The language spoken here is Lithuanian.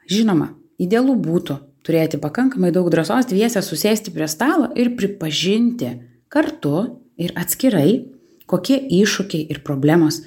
žinoma idealu būtų turėti pakankamai daug drąsos dviese susėsti prie stalo ir pripažinti kartu ir atskirai kokie iššūkiai ir problemos